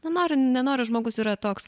na nori nenori žmogus yra toks